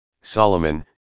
Solomon